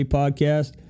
podcast